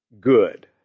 good